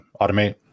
automate